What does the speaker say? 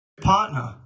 partner